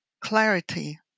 clarity